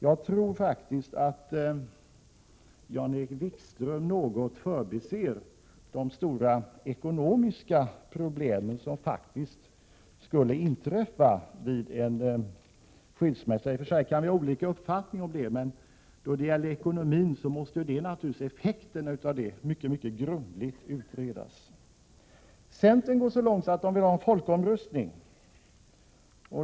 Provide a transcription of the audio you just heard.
Jag tror faktiskt att Jan-Erik Wikström något förbiser de stora ekonomiska problem som faktiskt skulle uppkomma vid en skilsmässa. I och för sig kan vi ha olika uppfattning om detta, men de ekonomiska effekterna måste naturligtvis mycket grundligt utredas. Centern går så långt att man vill ha en folkomröstning.